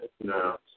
No